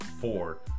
four